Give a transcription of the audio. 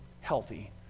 healthy